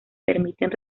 permiten